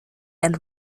and